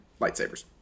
lightsabers